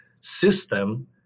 system